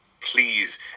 Please